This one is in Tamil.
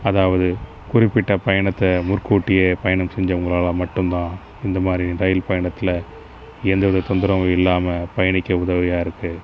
அதாவது குறிப்பிட்டப் பயணத்தை முன் கூட்டியே பயணம் செஞ்சவங்களால மட்டும்தான் இந்தமாதிரி ரயில் பயணத்தில் எந்தவித தொந்தரவும் இல்லாமல் பயணிக்க உதவியாக இருக்குது